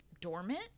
dormant